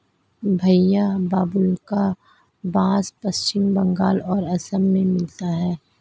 भईया बाबुल्का बास पश्चिम बंगाल और असम में मिलता है